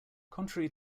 contrary